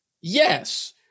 yes